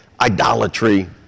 idolatry